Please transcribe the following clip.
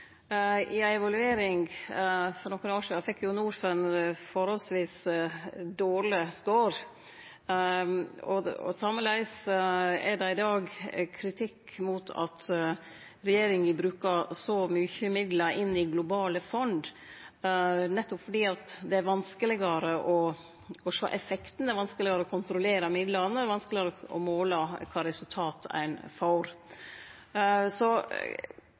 I ei evaluering for nokre år sidan fekk Norfund forholdsvis dårleg score. Sameleis er det i dag kritikk mot at regjeringa brukar så mykje midlar i globale fond, nettopp fordi det er vanskelegare å sjå effekten, det er vanskelegare å kontrollere midlane, det er vanskelegare å måle kva resultat ein får.